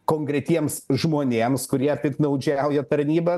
konkretiems žmonėms kurie piktnaudžiauja tarnyba